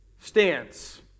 stance